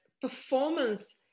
performance